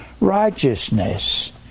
righteousness